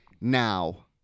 now